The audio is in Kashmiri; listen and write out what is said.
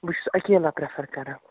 بہٕ چھُس اَکیٖلا پرٛٮ۪فَر کَران